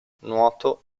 nuoto